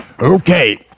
Okay